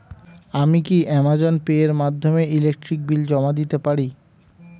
আমি কি Amazon Pay এর মাধ্যমে ইলেকট্রিক বিল জমা দিতে পারি?